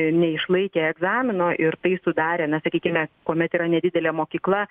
neišlaikė egzamino ir tai sudarė na sakykime kuomet yra nedidelė mokykla